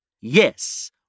yes